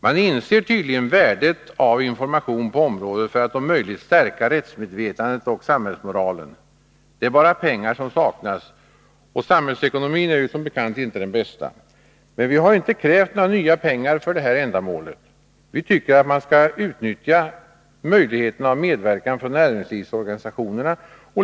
Man inser tydligen värdet av information på området för att om möjligt stärka rättsmedvetandet och samhällsmoralen. Det är bara pengar som saknas, och samhällsekonomin är ju som bekant inte den bästa. Men vi har inte krävt några nya pengar för ändamålet. Vi tycker att man skall utnyttja möjligheterna till medverkan från näringslivsorganisationerna.